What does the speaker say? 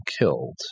killed